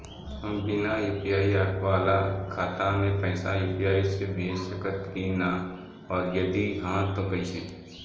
हम बिना यू.पी.आई वाला खाता मे पैसा यू.पी.आई से भेज सकेम की ना और जदि हाँ त कईसे?